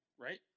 Right